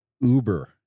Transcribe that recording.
uber